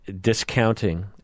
discounting